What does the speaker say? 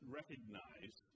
recognize